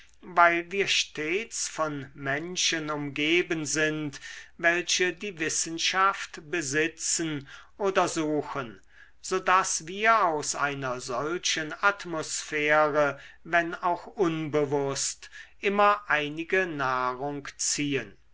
weil wir stets von menschen umgeben sind welche die wissenschaft besitzen oder suchen so daß wir aus einer solchen atmosphäre wenn auch unbewußt immer einige nahrung ziehen